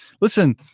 Listen